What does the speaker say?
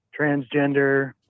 transgender